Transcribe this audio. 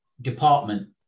department